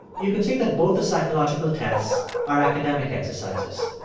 you can say that both the psychological tests are academic exercises.